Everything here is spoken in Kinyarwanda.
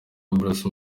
bruce